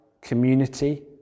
community